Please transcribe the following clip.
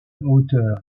hauteur